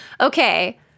Okay